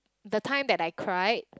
the time that I cried